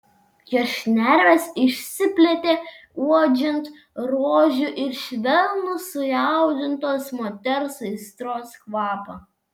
jo šnervės išsiplėtė uodžiant rožių ir švelnų sujaudintos moters aistros kvapą